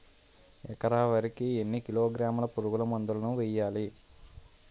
ఎకర వరి కి ఎన్ని కిలోగ్రాముల పురుగు మందులను వేయాలి?